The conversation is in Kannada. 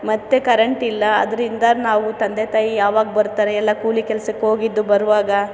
ಮತ್ತೆ ಕರಂಟಿಲ್ಲ ಅದರಿಂದ ನಾವು ತಂದೆ ತಾಯಿ ಯಾವಾಗ ಬರ್ತಾರೆ ಎಲ್ಲ ಕೂಲಿ ಕೆಲ್ಸಕ್ಕೆ ಹೋಗಿದ್ದು ಬರುವಾಗ